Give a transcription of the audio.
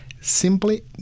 simply